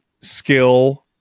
skill